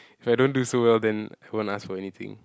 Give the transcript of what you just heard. if I don't do so well then I won't ask for anything